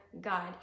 god